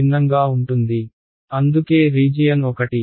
భిన్నంగా ఉంటుంది అందుకే రీజియన్ ఒకటి